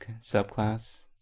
subclass